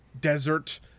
desert